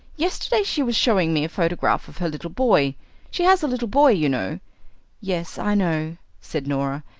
yesterday she was showing me a photograph of her little boy she has a little boy you know yes, i know, said norah.